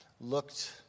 looked